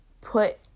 Put